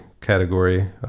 category